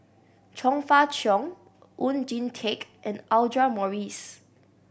Chong Fah Cheong Oon Jin Teik and Audra Morrice